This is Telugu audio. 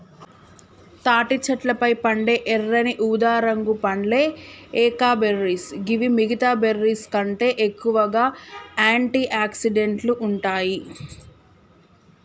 తాటి చెట్లపై పండే ఎర్రని ఊదారంగు పండ్లే ఏకైబెర్రీస్ గివి మిగితా బెర్రీస్కంటే ఎక్కువగా ఆంటి ఆక్సిడెంట్లు ఉంటాయి